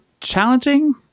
challenging